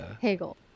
Hegel